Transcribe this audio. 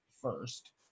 first